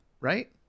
right